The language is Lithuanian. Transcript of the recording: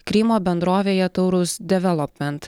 krymo bendrovėje taurus development